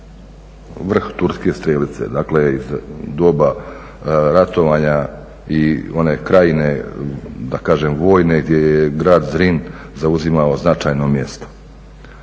vrh turske strelice. Dakle, iz doba ratovanja i one krajine, da kažem vojne gdje je grad Zrin zauzimao značajno mjesto.